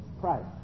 Christ